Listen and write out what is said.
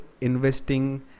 investing